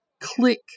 Click